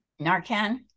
Narcan